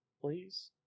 Please